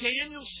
Daniel